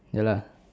ya lah